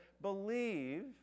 believe